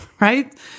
right